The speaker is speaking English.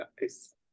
guys